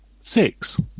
Six